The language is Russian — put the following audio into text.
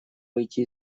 выйти